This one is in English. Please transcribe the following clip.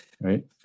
Right